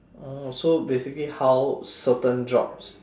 oh so basically how certain jobs